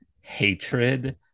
hatred